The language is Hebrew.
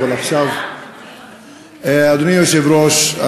אדוני היושב-ראש,